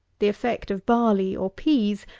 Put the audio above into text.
the effect of barley or peas,